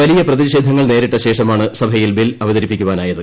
വലിയ പ്രതിഷേധങ്ങൾ നേരിട്ട ശേഷമാണ് സഭയിൽ ബിൽ അവതരിപ്പിക്കാനായത്